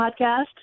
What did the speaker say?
podcast